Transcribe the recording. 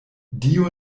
dio